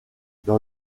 dans